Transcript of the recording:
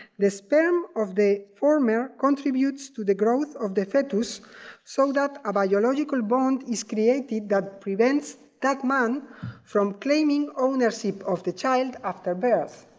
the sperm of the former contributes to the growth of the fetus so that a biological bond is created that prevents that man from claiming ownership of the child after birth.